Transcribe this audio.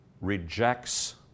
rejects